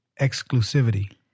exclusivity